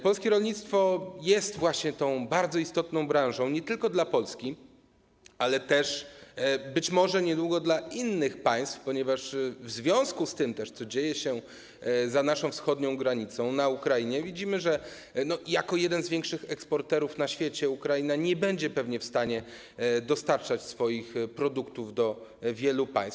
Polskie rolnictwo jest tą bardzo istotną branżą nie tylko dla Polski, ale też być może niedługo dla innych państw, ponieważ w związku z tym, co dzieje się za naszą wschodnią granicą, na Ukrainie, widzimy, że jako jeden z większych eksporterów na świecie Ukraina pewnie nie będzie w stanie dostarczać swoich produktów do wielu państw.